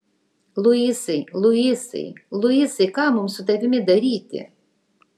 luisai luisai luisai ką mums su tavimi daryti